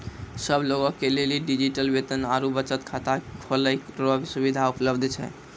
सब लोगे के लेली डिजिटल वेतन आरू बचत खाता खोलै रो सुविधा उपलब्ध छै